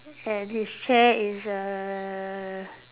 and his chair is err